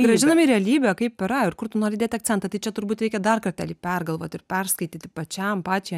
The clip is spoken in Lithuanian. grąžinam į realybę kaip yra ir kur tu nori dėt akcentą tai čia turbūt reikia dar kartelį pergalvot ir perskaityti pačiam pačiai